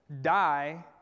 die